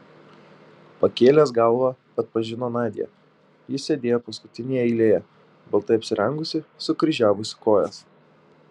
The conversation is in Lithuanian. pakėlęs galvą atpažino nadią ji sėdėjo paskutinėje eilėje baltai apsirengusi sukryžiavusi kojas